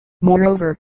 moreover